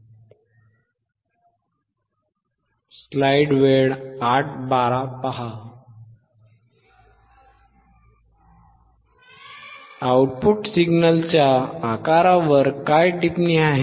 output सिग्नलचा आकारावर काय टिप्पणी आहे